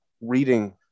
reading